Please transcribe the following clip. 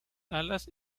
alas